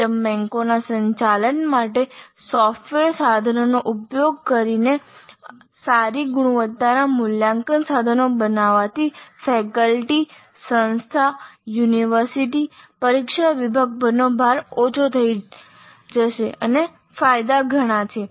item બેંકોના સંચાલન માટે સોફ્ટવેર સાધનોનો ઉપયોગ અને સારી ગુણવત્તાના મૂલ્યાંકન સાધનો બનાવવાથી ફેકલ્ટી સંસ્થા યુનિવર્સિટી પરીક્ષા વિભાગ પરનો ભાર ઓછો થશે ફાયદા ઘણા છે